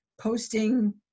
Posting